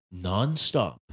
nonstop